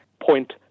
point